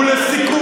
3 מיליון שקל.